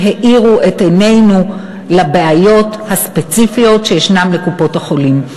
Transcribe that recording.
האירו את עינינו בבעיות הספציפיות של קופות-החולים.